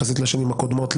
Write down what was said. ביחס לשנים הקודמות,